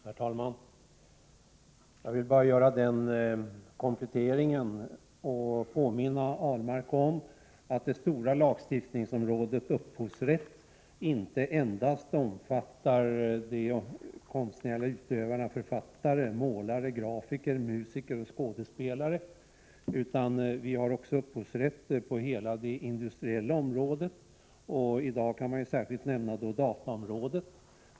Herr talman! Jag vill bara göra en komplettering och påminna Lars Ahlmark om att det stora lagstiftningsområdet upphovsrätt inte endast omfattar de konstnärliga utövarna — författare, målare, grafiker, musiker och skådespelare — utan vi har också upphovsrätter på hela det industriella området. I dag kan jag särskilt nämna dataområdet.